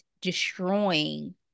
destroying